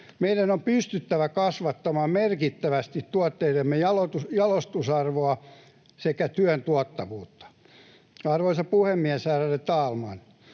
Meidän on pystyttävä kasvattamaan merkittävästi tuotteidemme jalostusarvoa sekä työn tuottavuutta. Arvoisa puhemies, ärade talman!